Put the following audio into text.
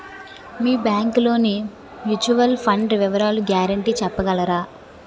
మీ bank లోని mutual fund వివరాల guarantee చెప్పగలరా?